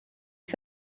est